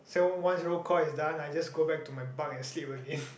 then once roll call is done I just go back to my bunk and sleep again